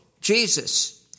Jesus